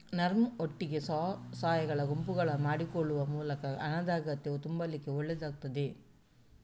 ನರ್ಮ್ ಒಟ್ಟಿಗೆ ಸ್ವ ಸಹಾಯ ಗುಂಪುಗಳನ್ನ ಮಾಡಿಕೊಳ್ಳುವ ಮೂಲಕ ಹಣದ ಅಗತ್ಯತೆ ತುಂಬಲಿಕ್ಕೆ ಒಳ್ಳೇದಾಗ್ತದೆ